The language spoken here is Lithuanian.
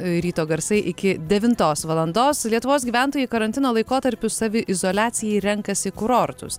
ryto garsai iki devintos valandos lietuvos gyventojai karantino laikotarpiu saviizoliacijai renkasi kurortus